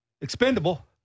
expendable